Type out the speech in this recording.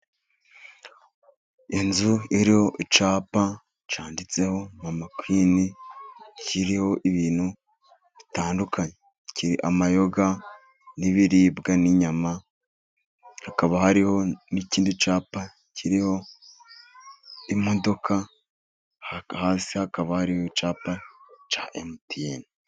Inzu iriho icyapa cyanditseho Mama akwini, kiriho ibintu bitandukanye, amayoga n'ibiribwa, n'inyama, hakaba hariho n'ikindi cyapa kiriho imodoka, hasi hakaba hari icyapa cya emutiyene.